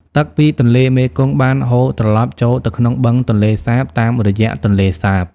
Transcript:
ទឹកពីទន្លេមេគង្គបានហូរត្រឡប់ចូលទៅក្នុងបឹងទន្លេសាបតាមរយៈទន្លេសាប។